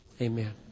Amen